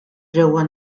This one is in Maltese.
ġewwa